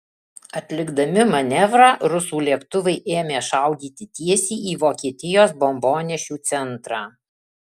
atlikdami manevrą rusų lėktuvai ėmė šaudyti tiesiai į vokietijos bombonešių centrą